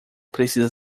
precisa